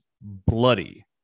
bloody